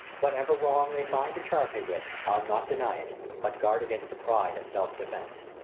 whatever wrong they find to charge me with, i'll not deny it but guard against the pride of self-defence.